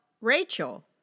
Rachel